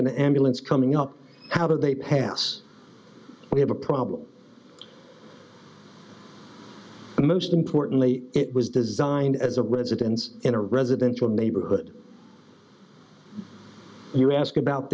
an ambulance coming up how do they pass we have a problem and most importantly it was designed as a residence in a residential neighborhood you ask about